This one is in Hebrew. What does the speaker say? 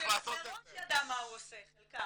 שמראש יידע מה הוא עושה, חלקם.